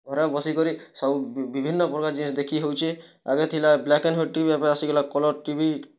ଘରେ ବସି କରି ସବୁ ବିଭିନ୍ନ ପ୍ରକାର ଦେଖି ହଉଛି ଆଗେ ଥିଲା ବ୍ଲାକ୍ ଆଣ୍ଡ ୱାଇଟ୍ ଏବେ ଆସିଗଲା କଲର୍ ଟିଭି